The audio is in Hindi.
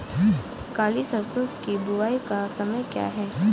काली सरसो की बुवाई का समय क्या होता है?